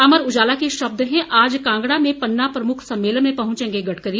अमर उजाला के शब्द है आज कांगड़ा में पन्ना प्रमुख सम्मेलन में पहुंचेंगे गडकरी